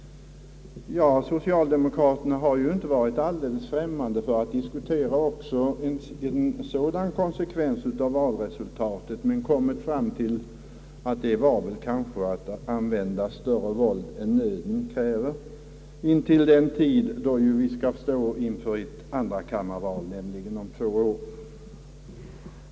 Ja, socialdemokraterna har inte varit alldeles främmande för att diskutera också en sådan konsekvens av valresultatet men har kommit fram till att det kanske är att använda större våld än nöden kräver intill andrakammarvalet om två år.